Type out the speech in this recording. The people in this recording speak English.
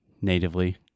natively